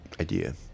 idea